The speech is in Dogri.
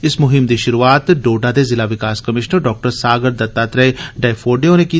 इस मुहिम दी शुरूआत डोडा दे ज़िला विकास कमीशनर डॉ सागर दत्तात्रेह डोयफोडे होरें की